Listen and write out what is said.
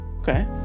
Okay